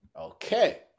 Okay